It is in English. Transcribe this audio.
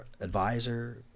advisor